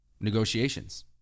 negotiations